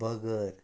burger